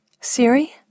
Siri